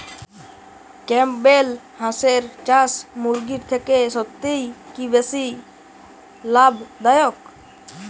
Campbell হাঁসের চাষ মুরগির থেকে সত্যিই কি বেশি লাভ দায়ক?